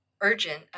urgent